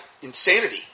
insanity